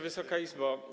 Wysoka Izbo!